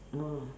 oh